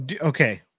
okay